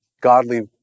godly